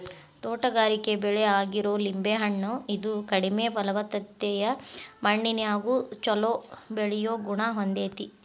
ತೋಟಗಾರಿಕೆ ಬೆಳೆ ಆಗಿರೋ ಲಿಂಬೆ ಹಣ್ಣ, ಇದು ಕಡಿಮೆ ಫಲವತ್ತತೆಯ ಮಣ್ಣಿನ್ಯಾಗು ಚೊಲೋ ಬೆಳಿಯೋ ಗುಣ ಹೊಂದೇತಿ